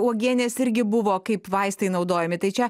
uogienės irgi buvo kaip vaistai naudojami tai čia